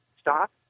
Stop